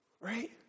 Right